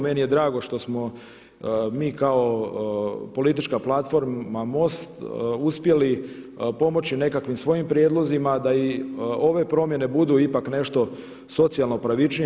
Meni je drago što smo mi kao politička platforma MOST uspjeli pomoći nekakvim svojim prijedlozima da i ove promjene budu ipak nešto socijalno pravičnije.